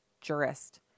jurist